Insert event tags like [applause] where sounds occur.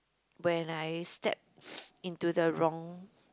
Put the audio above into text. when I step [noise] into the wrong